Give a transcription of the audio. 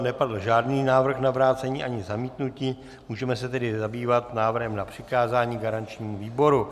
Nepadl žádný návrh na vrácení ani zamítnutí, můžeme se tedy zabývat návrhem na přikázání garančnímu výboru.